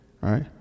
right